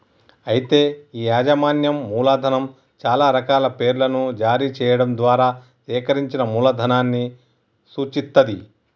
అయితే ఈ యాజమాన్యం మూలధనం చాలా రకాల పేర్లను జారీ చేయడం ద్వారా సేకరించిన మూలధనాన్ని సూచిత్తది